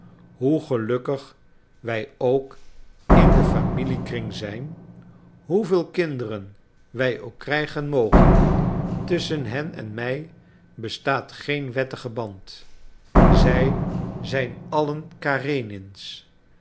hoe gelukkig wij ook in den familiekring zijn hoeveel kinderen wij ook krijgen mogen tusschen hen en mij bestaat geen wettige band zij zijn allen karenins